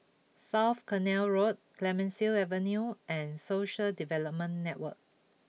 South Canal Road Clemenceau Avenue and Social Development Network